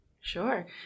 Sure